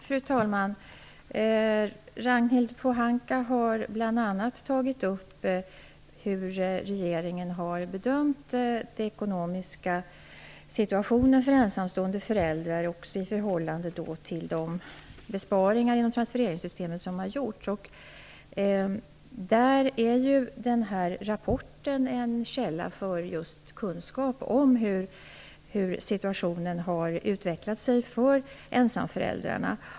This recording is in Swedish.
Fru talman! Ragnhild Pohanka tog bl.a. upp hur regeringen har bedömt den ekonomiska situationen för ensamstående föräldrar i förhållande till de besparingar som har gjorts i transfereringssystemet. Den här rapporten är ju en källa för just kunskap om hur situationen har utvecklats för ensamföräldrarna.